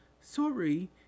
Sorry